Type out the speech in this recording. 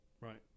Right